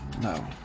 no